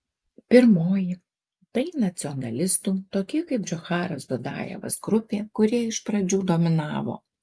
pirmoji tai nacionalistų tokie kaip džocharas dudajevas grupė kurie iš pradžių dominavo